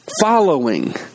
following